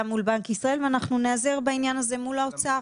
מול בנק ישראל ואנחנו ניעזר בעניין הזה מול האוצר.